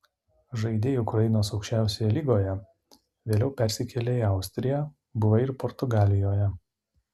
žaidei ukrainos aukščiausioje lygoje vėliau persikėlei į austriją buvai ir portugalijoje